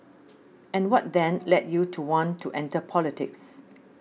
and what then led you to want to enter politics